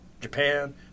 Japan